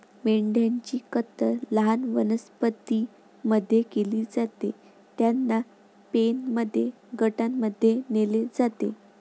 मेंढ्यांची कत्तल लहान वनस्पतीं मध्ये केली जाते, त्यांना पेनमध्ये गटांमध्ये नेले जाते